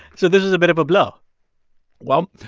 so this is a bit of a blow well,